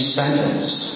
sentence